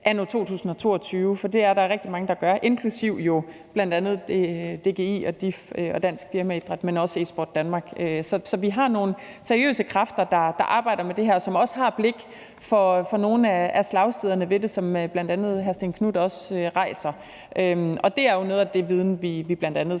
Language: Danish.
anno 2022, for det er der rigtig mange der gør, bl.a. DGI og DIF og Dansk Firmaidræt og Esport Danmark. Så vi har nogle seriøse kræfter, der arbejder med det her, og som også har blik for nogle af slagsiderne ved det, som bl.a. hr. Stén Knuth også nævner, og det er jo noget af den viden, vi bl.a.